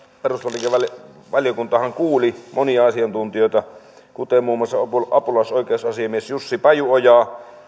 perustuslakivaliokuntahan kuuli monia asiantuntijoita kuten muun muassa apulaisoikeusasiamies jussi pajuojaa